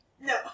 No